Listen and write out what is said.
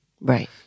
Right